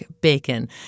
Bacon